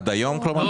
עד היום כלומר?